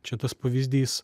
čia tas pavyzdys